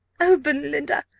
oh, belinda!